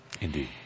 Indeed